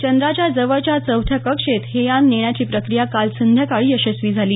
चंद्राच्या जवळच्या चौथ्या कक्षेत हे यान नेण्याची प्रक्रिया काल संध्याकाळी यशस्वी झाली